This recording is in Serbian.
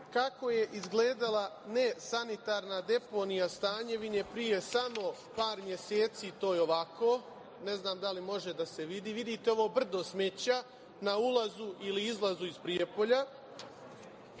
kako je izgledala nesanitarna deponija Stanjevine pre samo par meseci, to je ovako, ne znam da li može da se vidi. Vidite ovo brdo smeća na ulazu ili izlazu iz Prijepolja,